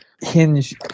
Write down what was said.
hinge